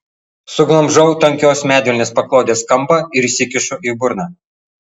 suglamžau tankios medvilnės paklodės kampą ir įsikišu į burną